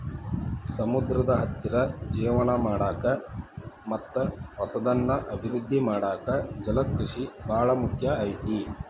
ಸಮುದ್ರದ ಹತ್ತಿರ ಜೇವನ ಮಾಡಾಕ ಮತ್ತ್ ಹೊಸದನ್ನ ಅಭಿವೃದ್ದಿ ಮಾಡಾಕ ಜಲಕೃಷಿ ಬಾಳ ಮುಖ್ಯ ಐತಿ